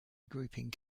grouping